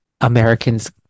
Americans